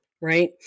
right